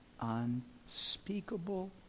unspeakable